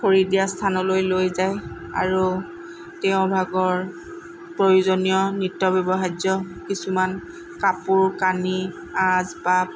খৰি দিয়া স্থানলৈ লৈ যায় আৰু তেওঁৰ ভাগৰ প্ৰয়োজনীয় নিত্য ব্যৱহাৰ্য্য কিছুমান কাপোৰ কানি আচ বাব